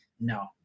no